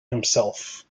himself